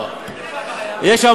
היא כן הממשלה.